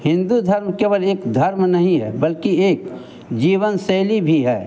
हिंदू धर्म केवल एक धर्म नहीं है बल्कि एक जीवनशैली भी है